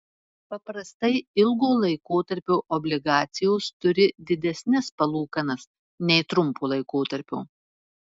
paprastai ilgo laikotarpio obligacijos turi didesnes palūkanas nei trumpo laikotarpio